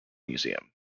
museum